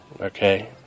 Okay